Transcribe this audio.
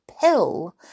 pill